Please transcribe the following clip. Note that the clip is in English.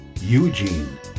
Eugene